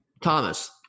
Thomas